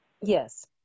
yes